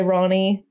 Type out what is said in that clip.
Ronnie